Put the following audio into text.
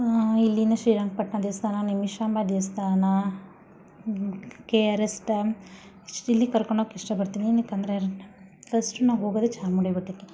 ಇಲ್ಲಿನ ಶ್ರೀರಂಗಪಟ್ಟಣ ದೇವಸ್ಥಾನ ನಿಮಿಷಾಂಬ ದೇವಸ್ಥಾನ ಕೆ ಆರ್ ಎಸ್ ಡ್ಯಾಮ್ ಇಲ್ಲಿಗೆ ಕರ್ಕೊಂಡೋಗೋಕೆ ಇಷ್ಟಪಡ್ತೀನಿ ಏನಕ್ಕಂದ್ರೆ ಫರ್ಸ್ಟ್ ನಾವು ಹೋಗೋದೆ ಚಾಮುಂಡಿ ಬೆಟ್ಟಕ್ಕೆ